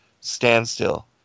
standstill